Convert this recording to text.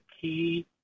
key